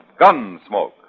Gunsmoke